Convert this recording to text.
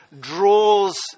draws